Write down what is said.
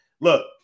Look